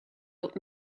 old